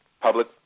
public